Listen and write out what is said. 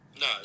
No